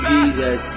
Jesus